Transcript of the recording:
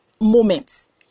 Moments